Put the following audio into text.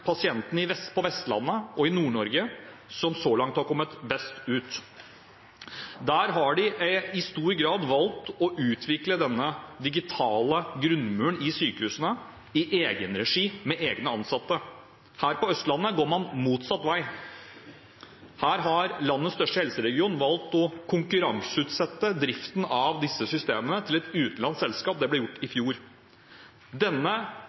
pasientene på Vestlandet og i Nord-Norge som så langt har kommet best ut. Der har de i stor grad valgt å utvikle denne digitale grunnmuren i sykehusene i egen regi, med egne ansatte. Her på Østlandet går man motsatt vei. Her har landets største helseregion valgt å konkurranseutsette driften av disse systemene til et utenlandsk selskap, og det ble gjort i fjor. Denne